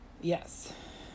Yes